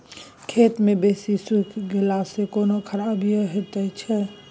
खेत मे बेसी सुइख गेला सॅ कोनो खराबीयो होयत अछि?